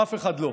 אף אחד לא.